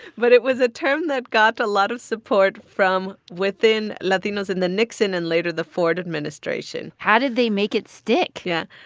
but it was a term that got a lot of support from within latinos in the nixon and, later, the ford administration how did they make it stick? yeah.